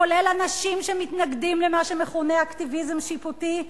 כולל אנשים שמתנגדים למה שמכונה אקטיביזם שיפוטי,